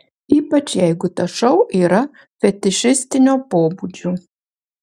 ypač jeigu tas šou yra fetišistinio pobūdžio